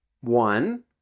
one